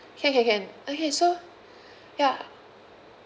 can can can okay so ya